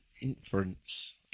inference